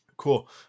Cool